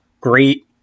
great